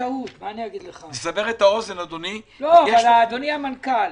אדוני המנכ"ל,